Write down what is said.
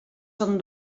són